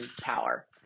power